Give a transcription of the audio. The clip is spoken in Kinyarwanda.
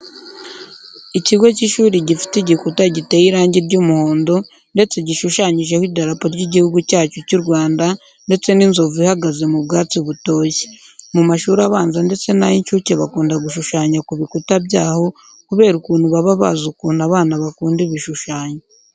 Ikigo cy'ishuri gifite igikuta giteye irangi ry'umuhondo ndetse gishushanyijeho idarapo ry'igihugu cyacu cy'u Rwanda ndetse n'inzovu ihagaze mu bwatsi butoshye. Mu mashuri abanza ndetse n'ay'inshuke bakunda gushushanya ku bikuta byaho kubera ukuntu baba bazi ukuntu abana bakunda ibishushanyo.